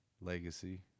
legacy